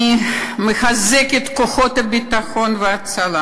אני מחזקת את כוחות הביטחון וההצלה